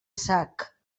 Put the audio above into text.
sac